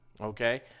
Okay